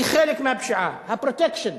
היא חלק מהפשיעה, ה"פרוטקשן".